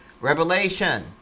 Revelation